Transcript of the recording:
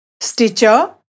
Stitcher